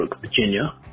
Virginia